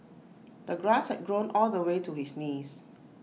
the grass had grown all the way to his knees